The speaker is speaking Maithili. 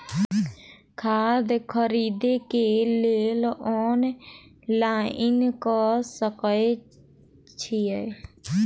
खाद खरीदे केँ लेल ऑनलाइन कऽ सकय छीयै?